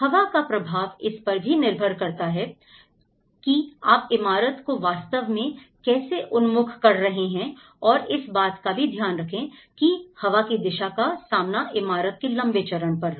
हवा का प्रभाव इस पर भी निर्भर करता है कि आप इमारत को वास्तव में कैसे उन्मुख कर रहे हैं और इस बात का भी ध्यान रखें की हवा की दिशा का सामना इमारत के लंबे चरण पर हो